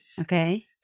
okay